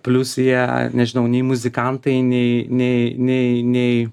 plius jie nežinau nei muzikantai nei nei nei nei